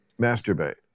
Masturbate